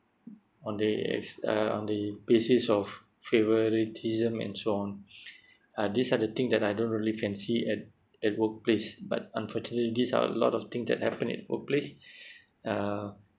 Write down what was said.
on the act~ uh on the basis of favouritism and so on uh these are the thing that I don't really fancy at at workplace but unfortunately these are a lot of things that happen in workplace uh